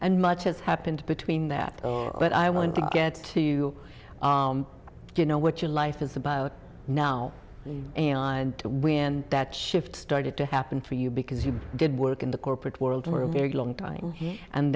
and much has happened between that but i want to get to you you know what your life is about now and when that shift started to happen for you because you did work in the corporate world were a very long time and